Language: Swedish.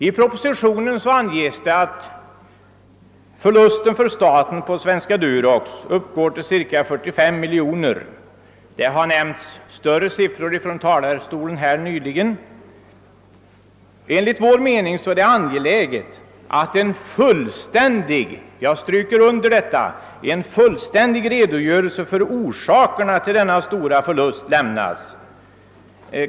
I propositionen anges det att statens förlust på Svenska Durox uppgår till cirka 45 miljoner kronor. Ifrån talarstolen har nyligen nämnts större belopp. Enligt vår mening är det angeläget att en fullständig redogörelse för orsakerna till denna stora förlust lämnas.